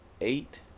eight